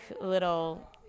little